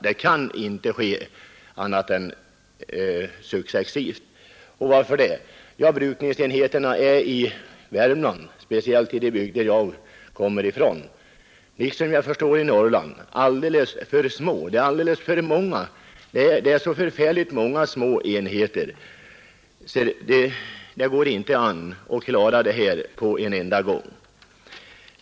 Det måste ske successivt. Varför det? Jo, därför att brukningsenheterna i Värmland, speciellt i de bygder jag kommer ifran, liksom såvitt jag förstår i Norrland. är alldeles för små och alldeles för många. De är så många och så små att det inte zär att klara problemet på en enda gäng.